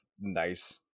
nice